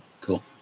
cool